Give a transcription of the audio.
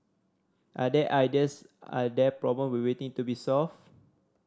are there ideas are there problem we waiting to be solved